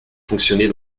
fonctionner